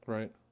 Right